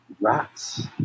rats